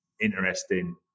interesting